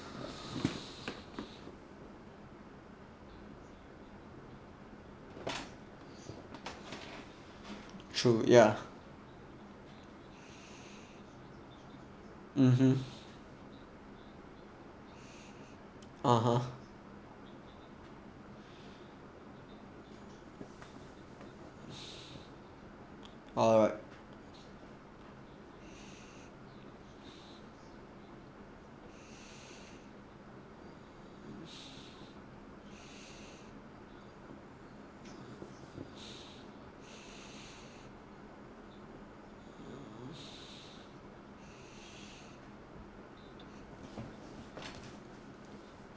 true ya (uh huh) (uh huh) alright